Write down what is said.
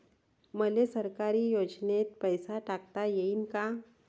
मले सरकारी योजतेन पैसा टाकता येईन काय?